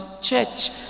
church